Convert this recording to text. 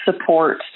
support